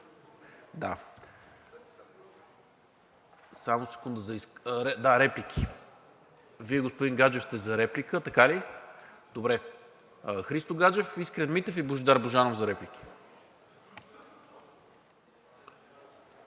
да изкаже становище. Реплики? Вие, господин Гаджев, сте за реплика, така ли? Христо Гаджев, Искрен Митев и Божидар Божанов за реплики.